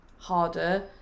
harder